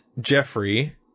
Jeffrey